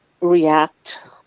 react